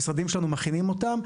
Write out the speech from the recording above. המשרדים שלנו מכינים אותם.